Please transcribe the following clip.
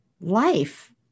life